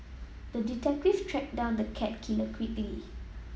the detective tracked down the cat killer quickly